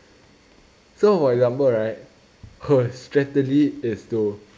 so for example right her strategy is to